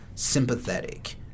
sympathetic